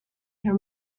her